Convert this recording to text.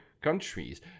countries